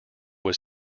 was